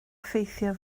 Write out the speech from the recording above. ffeithiau